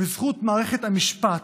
בזכות מערכת המשפט,